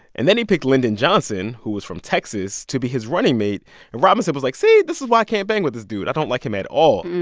and then he picked lyndon johnson, who was from texas, to be his running mate. and robinson was, like, see? this is why i can't bang with this dude. i don't like him at all